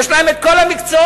יש להם את כל המקצועות,